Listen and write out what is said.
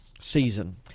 season